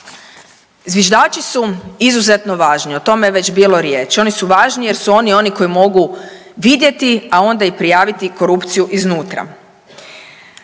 Zviždači su izuzetno važni o tome je već bilo riječi. Oni su važni jer su oni oni koji mogu vidjeti, a onda i prijaviti korupciju iznutra.